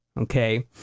Okay